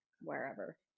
wherever